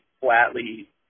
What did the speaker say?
flatly